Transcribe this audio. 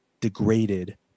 degraded